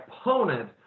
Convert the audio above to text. opponent